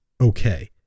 okay